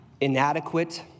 inadequate